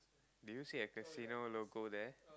do you see a casino logo there